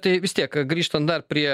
tai vis tiek grįžtant dar prie